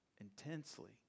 intensely